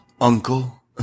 Uncle